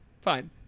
Fine